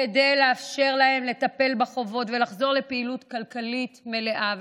כדי לאפשר להם לטפל בחובות ולחזור לפעילות כלכלית מלאה ותקינה.